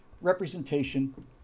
representation